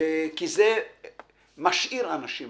כי זה משאיר אנשים.